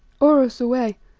oros, away!